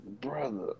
brother